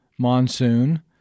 monsoon